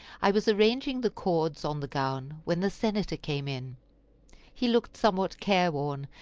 i was arranging the cords on the gown when the senator came in he looked somewhat careworn,